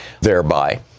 thereby